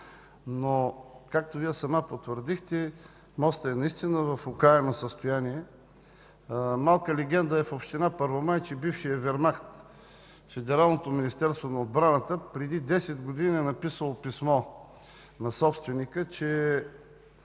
но както сама потвърдихте, мостът е в окаяно състояние. Малка легенда е в община Първомай, че бившият Вермахт – Федералното министерство на отбраната, преди десет години е написало писмо на собственика, че